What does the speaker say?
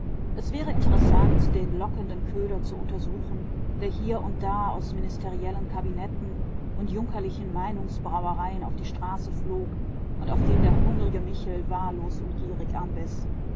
es wäre interessant den lockenden köder zu untersuchen der hier und da aus ministeriellen kabinetten und junkerlichen